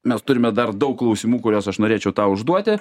mes turime dar daug klausimų kuriuos aš norėčiau tau užduoti